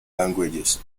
languages